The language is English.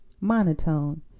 Monotone